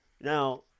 Now